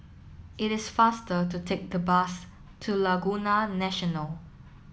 it is faster to take the bus to Laguna National